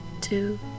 two